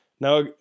Now